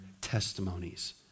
testimonies